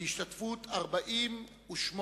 בהשתתפות 48 מדינות.